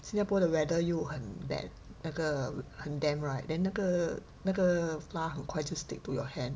新加坡的 weather 又很 da~ 那个很 damp right then 那个那个 flour 很快就 stick to your hand